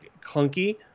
clunky